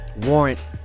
warrant